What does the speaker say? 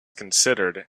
considered